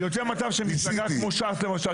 יוצא מצב שמפלגה כמו ש"ס למשל,